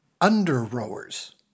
under-rowers